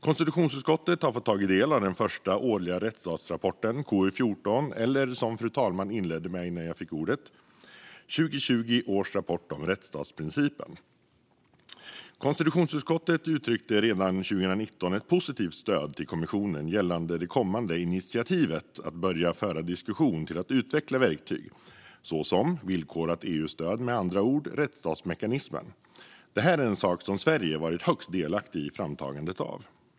Konstitutionsutskottet har fått ta del av den första årliga rättsstatsrapporten, KU14 eller som fru talman inledde med att säga innan jag fick ordet: 2020 års rapport om rättsstatsprincipen. Konstitutionsutskottet uttryckte redan 2019 ett positivt stöd för kommissionens initiativ att börja föra diskussion om att utveckla verktyg såsom villkorat EU-stöd, med andra ord rättsstatsmekanismen. Det är en sak som Sverige har varit högst delaktigt i framtagandet av.